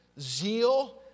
zeal